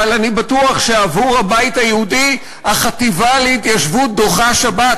אבל אני בטוח שעבור הבית היהודי החטיבה להתיישבות דוחה שבת,